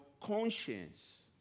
conscience